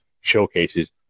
showcases